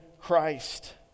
Christ